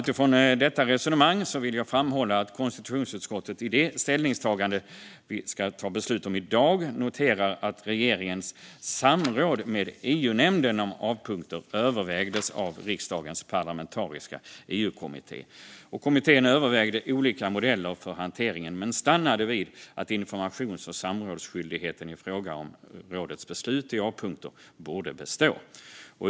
Utifrån detta resonemang vill jag framhålla att konstitutionsutskottet i det ställningstagande vi ska fatta beslut om i dag noterar att regeringens samråd med EU-nämnden om A-punkter övervägdes av riksdagens parlamentariska EU-kommitté. Kommittén övervägde olika modeller för hanteringen men stannade vid att informations och samrådsskyldigheten i fråga om rådets beslut i A-punkter borde bestå.